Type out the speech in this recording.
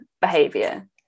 behavior